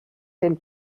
den